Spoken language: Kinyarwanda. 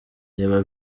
reba